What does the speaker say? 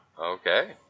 Okay